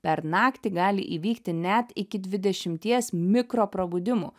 per naktį gali įvykti net iki dvidešimties mikro prabudimų